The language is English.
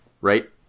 Right